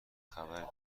خبر